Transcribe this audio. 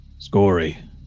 Scory